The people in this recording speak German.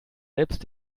selbst